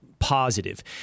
Positive